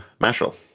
Mashal